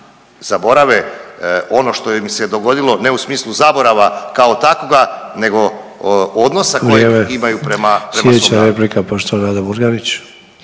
zaborave ono što im se dogodilo, ne u smislu zaborava kao takvoga nego odnosa koje imaju…/Upadica